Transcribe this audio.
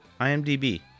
IMDb